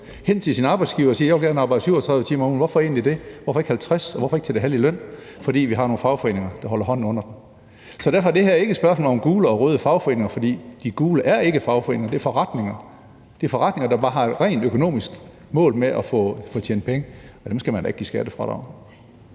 hen til sin arbejdsgiver og sige, at man gerne vil arbejde 37 timer om ugen, men hvorfor egentlig det; hvorfor ikke 50 timer, og hvorfor ikke til det halve i løn? Det er, fordi vi har nogle fagforeninger, der holder hånden under dem. Derfor er det her ikke et spørgsmål om gule og røde fagforeninger, for de gule er ikke fagforeninger, men forretninger. Det er en forretning, der har et rent økonomisk mål, nemlig at tjene penge. Dem skal man da ikke give skattefradrag.